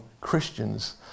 Christians